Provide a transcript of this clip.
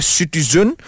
citizen